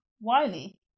Wiley